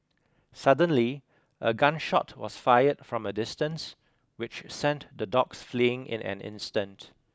suddenly a gun shot was fired from a distance which sent the dogs fleeing in an instant